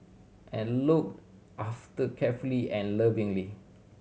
and look after carefully and lovingly